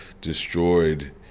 destroyed